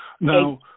Now